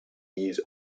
years